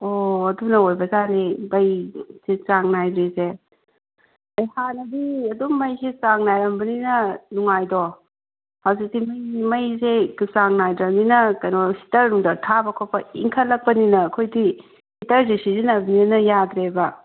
ꯑꯣ ꯑꯗꯨꯅ ꯑꯣꯏꯕ ꯖꯥꯠꯅꯤ ꯃꯩꯁꯤ ꯆꯥꯡ ꯅꯥꯏꯗ꯭ꯔꯤꯁꯦ ꯑꯩ ꯍꯥꯟꯅꯗꯤ ꯑꯗꯨꯝ ꯃꯩꯁꯤ ꯆꯥꯡ ꯅꯥꯏꯔꯝꯕꯅꯤꯅ ꯅꯨꯡꯉꯥꯏꯗꯣ ꯍꯧꯖꯤꯛꯇꯤ ꯃꯩꯁꯦ ꯆꯥꯡ ꯅꯥꯏꯗ꯭ꯔꯕꯅꯤꯅ ꯀꯩꯅꯣ ꯍꯤꯇꯔ ꯅꯨꯡꯇꯔ ꯊꯥꯕ ꯈꯣꯠꯄ ꯏꯪꯈꯠꯂꯛꯄꯅꯤꯅ ꯑꯩꯈꯣꯏꯗꯤ ꯍꯤꯇꯔꯁꯤ ꯁꯤꯖꯤꯟꯅꯕꯅꯤꯅ ꯌꯥꯗ꯭ꯔꯦꯕ